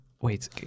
wait